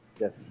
Yes